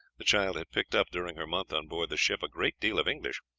the child had picked up, during her month on board the ship, a great deal of english,